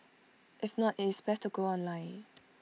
if not IT is best to go online